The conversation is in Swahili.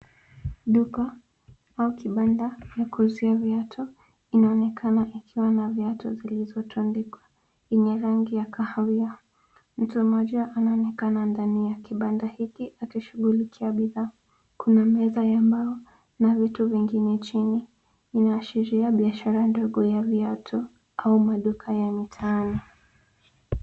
Duka au kibanda cha kuuzia viatu, kinaonekana kikiwa na viatu vilivyotandikwa, vyenye rangi ya kahawia. Mtu mmoja anaonekana ndani ya kibanda hiki akishughulikia bidhaa. Kuna meza ya mbao na vitu vingine chini. Inaashiria biashara ndogo ya viatu au maduka ya mtaani.